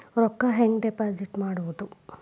ರೊಕ್ಕ ಹೆಂಗೆ ಡಿಪಾಸಿಟ್ ಮಾಡುವುದು?